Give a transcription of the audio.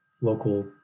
local